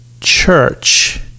church